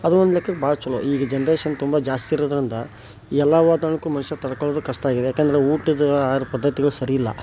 ಅದು ಒಂದು ಲೆಕ್ಕಕ್ಕೆ ಭಾಳ ಚಲೊ ಈಗ ಜನ್ರೇಷನ್ ತುಂಬ ಜಾಸ್ತಿ ಇರೋದರಿಂದ ಎಲ್ಲ ವಾತಾವರಣ ಮನುಷ್ಯ ತಡ್ಕೊಳ್ಳೋದು ಕಷ್ಟ ಆಗಿದೆ ಯಾಕೆಂದ್ರೆ ಊಟದ ಆಹಾರ ಪದ್ಧತಿಗಳು ಸರಿ ಇಲ್ಲ